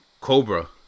cobra